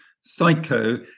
psycho